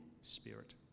spirit